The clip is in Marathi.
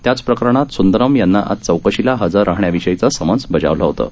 त्याच प्रकरणात संदरम यांना आज चौकशीला हजरराहण्याविषयीचं समन्स बजावलं होतं